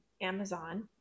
amazon